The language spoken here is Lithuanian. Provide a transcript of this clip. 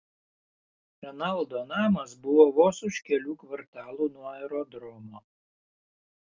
renaldo namas buvo vos už kelių kvartalų nuo aerodromo